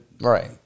Right